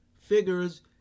figures